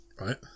right